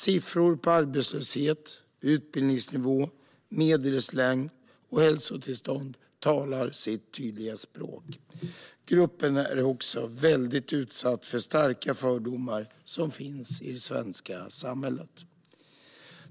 Siffror på arbetslöshet, utbildningsnivå, medellivslängd och hälsotillstånd talar sitt tydliga språk. Den romska gruppen är också mycket utsatt för starka fördomar som finns i det svenska samhället.